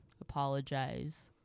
apologize